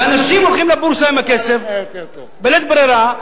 והאנשים הולכים לבורסה עם הכסף בלית ברירה,